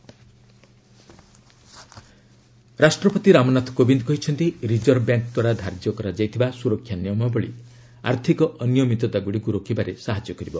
ପ୍ରେଜ୍ ଏନ୍ଆଇବିଏମ୍ ରାଷ୍ଟ୍ରପତି ରାମନାଥ କୋବିନ୍ଦ କହିଛନ୍ତି ରିଜର୍ଭ ବ୍ୟାଙ୍କ୍ ଦ୍ୱାରା ଧାର୍ଯ୍ୟ କରାଯାଇଥିବା ସୁରକ୍ଷା ନିୟମାବଳୀ ଆର୍ଥିକ ଅନିୟମତତାଗୁଡ଼ିକୁ ରୋକିବାରେ ସାହାଯ୍ୟ କରିବ